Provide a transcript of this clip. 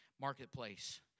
marketplace